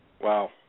Wow